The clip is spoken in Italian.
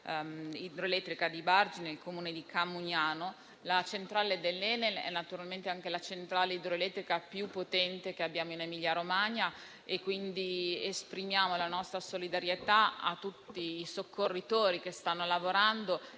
idroelettrica di Bargi, nel Comune di Camugnano. La centrale dell'ENEL è naturalmente anche la centrale idroelettrica più potente che abbiamo in Emilia-Romagna. Esprimiamo la nostra solidarietà a tutti i soccorritori che stanno lavorando: